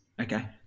Okay